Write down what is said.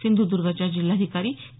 सिंधुदर्गच्या जिल्हाधिकारी के